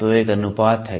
तो एक अनुपात है